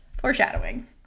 Foreshadowing